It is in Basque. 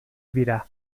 dira